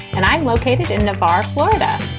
and i'm located in navarre, florida.